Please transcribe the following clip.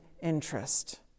interest